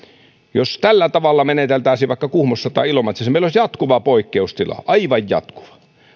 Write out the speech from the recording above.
jos tällä tavalla meneteltäisiin vaikka kuhmossa tai ilomantsissa meillä olisi jatkuva poikkeustila aivan jatkuva